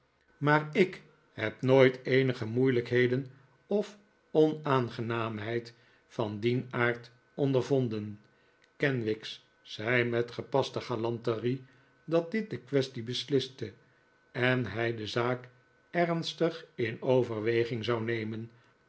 maar i k heb nooit eenige moeilijkheden of onaangenaamheid van dien aard ondervonden kenwigs zei met gepaste galanterie dat dit de quaestie besliste en hij de zaak ernstig in overweging zou nemen